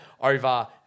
Over